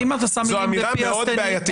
זו אמירה מאוד בעייתית בעיניי.